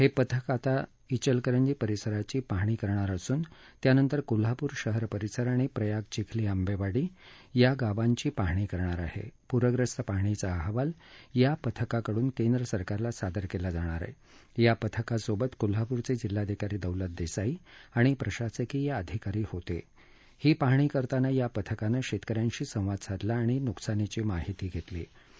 हप्रियक आता इचलकरंजी परिसराची पाहणी करणार असून त्यानंतर कोल्हापूर शहर परिसर आणि प्रयाग चिखली आंबश्विडी या गावांची पाहणी करणार आहा प्रूखस्त पाहणीचा अहवाल या पथकाकडून केंद्र सरकारला सादर क्विं जाणार आहा या पथकासोबत कोल्हापुरच जिल्हाधिकारी दौलत दक्तिई आणि प्रशासकीय अधिकारी होता ही पाहणी करताना या पथकानं शस्कि यांशी संवाद साधला आणि नुकसानीची माहिती घस्किी